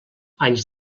anys